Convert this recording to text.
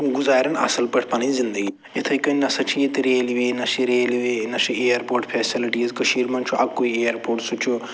گُزارٮ۪ن اَصٕل پٲٹھۍ پَنٕنۍ زندگی یِتھَے کٔنۍ نہ سہ چھِ ییٚتہِ ریلوے نہ چھِ ریلوے نہ چھِ اِیَر پورٹ فٮ۪سَلٹیٖز کٔشیٖرِ منٛز چھُ اَکُے اِیَرپورَٹ